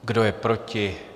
Kdo je proti?